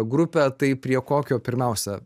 grupę tai prie kokio pirmiausia